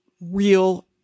real